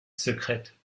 secrète